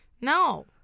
No